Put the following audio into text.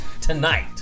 tonight